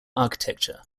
architecture